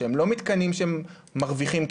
שהם לא מתקנים שמרוויחים כסף,